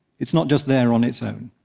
it's not just there on its own.